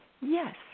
yes